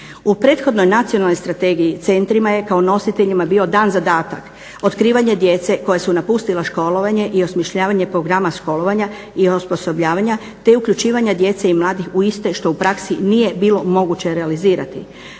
U prethodnoj Nacionalnoj strategiji centrima je kao nositeljima bio dan zadatak otkrivanja djece koja su napustila školovanje i osmišljavanje programa školovanja i osposobljavanja te uključivanja djece i mladih u iste što u praksi nije bilo moguće realizirati.